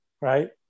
right